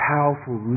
powerful